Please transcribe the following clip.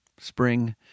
spring